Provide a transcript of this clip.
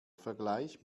vergleich